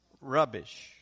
Rubbish